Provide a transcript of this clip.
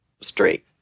straight